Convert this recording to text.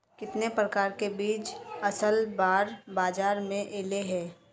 कितने प्रकार के बीज असल बार बाजार में ऐले है?